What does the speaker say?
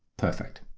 perfect.